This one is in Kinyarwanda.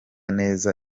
neza